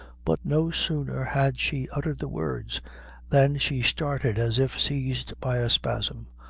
but no sooner had she uttered the words than she started as if seized by a spasm.